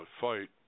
fight